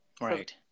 Right